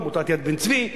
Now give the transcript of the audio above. עמותת "יד בן-צבי",